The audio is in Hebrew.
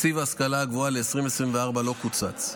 תקציב ההשכלה הגבוהה ל-2024 לא קוצץ.